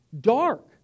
dark